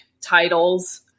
titles